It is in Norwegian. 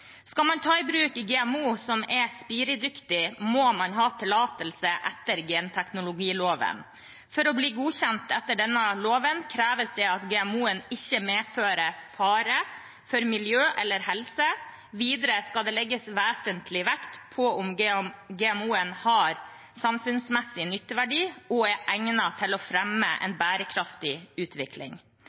Skal man ta i bruk GMO som er spiredyktig, må man ha tillatelse etter genteknologiloven. For å bli godkjent etter denne loven kreves det at GMO-en ikke medfører fare for miljø eller helse. Videre skal det legges vesentlig vekt på om GMO-en har samfunnsmessig nytteverdi og er egnet til å fremme en bærekraftig utvikling.